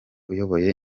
uyoboye